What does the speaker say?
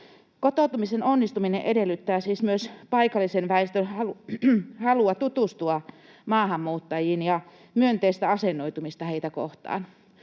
Kotoutumisen onnistuminen edellyttää siis myös paikallisen väestön halua tutustua maahanmuuttajiin ja myönteistä asennoitumista heitä kohtaan.